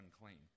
unclean